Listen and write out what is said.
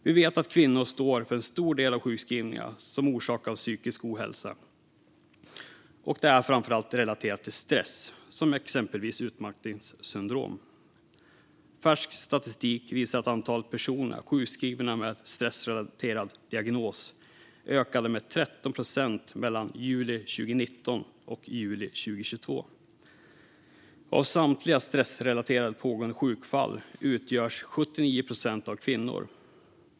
Vi vet att kvinnor står för en stor del av sjukskrivningar som orsakats av psykisk ohälsa. Det är framför allt relaterat till stress, exempelvis utmattningssyndrom. Färsk statistik visar att antalet personer som är sjukskrivna med stressrelaterad diagnos ökade med 13 procent mellan juli 2019 och juli 2022. Av samtliga stressrelaterade pågående sjukfall utgörs 79 procent av kvinnor.